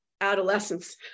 adolescence